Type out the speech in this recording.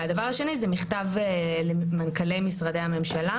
הדבר השני זה מכתב למנכ"לי משרדי הממשלה.